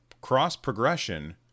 Cross-progression